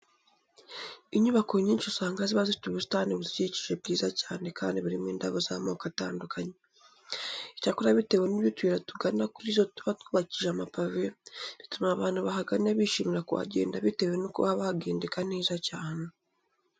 Inyubako nyinshi usanga ziba zifite ubusitani buzikikije bwiza cyane kandi burimo indabo z'amoko atandukanye. Icyakora bitewe n'uburyo utuyira tugana kuri zo tuba twubakishije amapave, bituma abantu bahagana bishimira kuhagenda bitewe nuko haba hagendeka neza cyane.